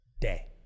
day